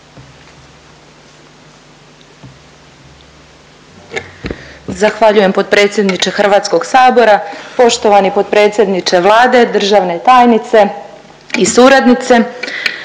Zahvaljujem potpredsjedniče Hrvatskog sabora. Poštovani potpredsjedniče Vlade, državne tajnice i suradnice